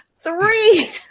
Three